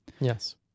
Yes